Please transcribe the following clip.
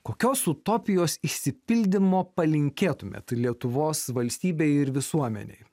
kokios utopijos išsipildymo palinkėtumėt lietuvos valstybei ir visuomenei